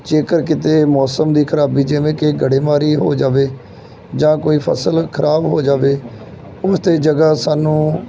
ਜੇਕਰ ਕਿਤੇ ਮੌਸਮ ਦੀ ਖ਼ਰਾਬੀ ਜਿਵੇਂ ਕਿ ਗੜੇਮਾਰੀ ਹੋ ਜਾਵੇ ਜਾਂ ਕੋਈ ਫ਼ਸਲ ਖ਼ਰਾਬ ਹੋ ਜਾਵੇ ਉਸ ਤੇ ਜਗ੍ਹਾ ਸਾਨੂੰ